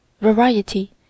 variety